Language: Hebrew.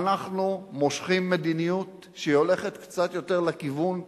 אנחנו מושכים מדיניות שהולכת קצת יותר לכיוון,